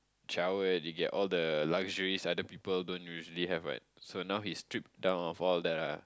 childhood you get all the luxuries other people don't usually have right so now he strip down of all the